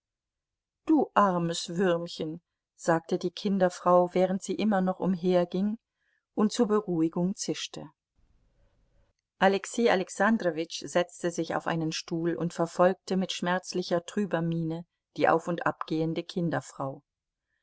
du armes würmchen sagte die kinderfrau während sie immer noch umherging und zur beruhigung zischte alexei alexandrowitsch setzte sich auf einen stuhl und verfolgte mit schmerzlicher trüber miene die auf und ab gehende kinderfrau